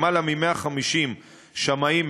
למעלה מ-150 שמאים,